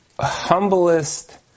humblest